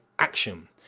action